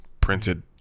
printed